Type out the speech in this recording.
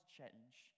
change